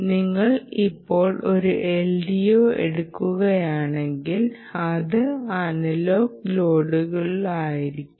നിങ്ങൾ ഇപ്പോൾ ഒരു LDO എടുക്കുകയാണെങ്കിൽ അത് അനലോഗ് ലോഡുകളായിരിക്കാം